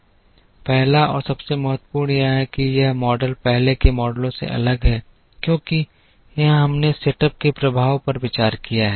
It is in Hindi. पहला और सबसे महत्वपूर्ण यह है कि यह मॉडल पहले के मॉडलों से अलग है क्योंकि यहाँ हमने सेटअप के प्रभाव पर विचार किया है